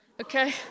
Okay